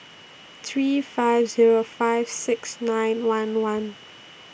three five Zero five six nine one one